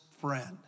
friend